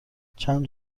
چند